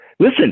Listen